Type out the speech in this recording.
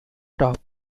top